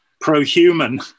pro-human